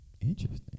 Interesting